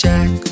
Jack